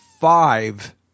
five